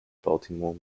baltimore